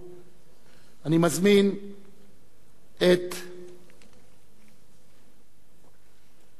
אני